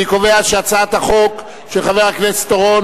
אני קובע שהצעת החוק של חבר הכנסת אורון